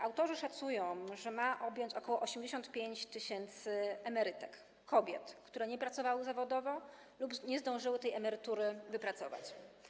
Autorzy szacują, że ma objąć ok. 85 tys. emerytek, kobiet, które nie pracowały zawodowo lub nie zdążyły tej emerytury wypracować.